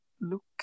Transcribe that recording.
look